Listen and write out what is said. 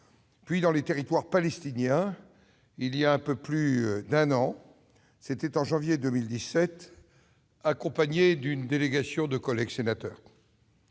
puis dans les Territoires palestiniens, il y a un peu plus d'un an, en janvier 2017, accompagné d'une délégation de sénateurs.